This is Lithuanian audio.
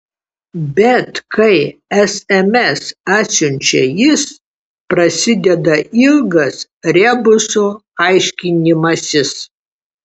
bet kai sms atsiunčia jis prasideda ilgas rebuso aiškinimasis